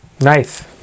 Nice